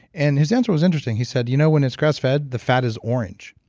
and his answer was interesting. he said, you know when it's grass-fed, the fat is orange.